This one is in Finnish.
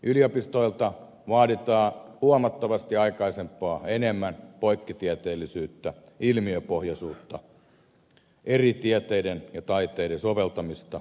yliopistoilta vaaditaan huomattavasti aikaisempaa enemmän poikkitieteellisyyttä ilmiöpohjaisuutta eri tieteiden ja taiteiden soveltamista ja yhteensovittamista